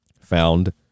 found